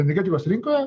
energetikos rinkoje